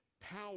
Power